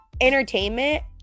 Entertainment